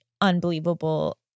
unbelievable